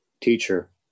teacher